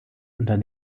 unter